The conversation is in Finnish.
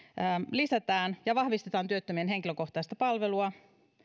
lisätään ja vahvistetaan työttömien henkilökohtaista palvelua